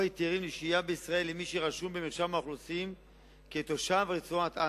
היתרים לשהייה בישראל למי שרשום במרשם האוכלוסין כתושב רצועת-עזה,